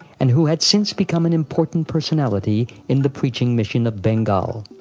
and who had since become an important personality in the preaching mission of bengal.